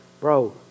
bro